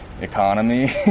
economy